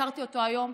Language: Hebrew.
הכרתי אותו היום.